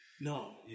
No